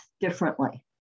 differently